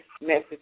message